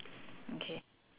okay